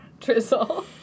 drizzle